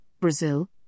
Brazil